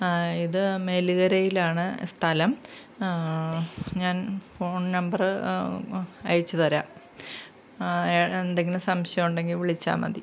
ഇതു മേലുകരയിലാണ് സ്ഥലം ഞാൻ ഫോൺ നമ്പർ അയച്ചു തരാം എന്തെങ്കിലും സംശയമുണ്ടെങ്കിൽ വിളിച്ചാൽ മതി